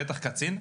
בטח קצין.